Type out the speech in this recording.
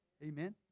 Amen